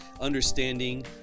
understanding